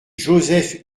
joseph